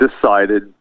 decided